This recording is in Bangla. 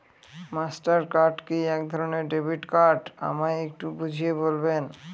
মাস্টার কার্ড কি একধরণের ডেবিট কার্ড আমায় একটু বুঝিয়ে বলবেন?